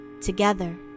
together